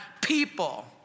people